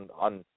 on